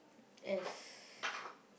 as